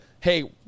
hey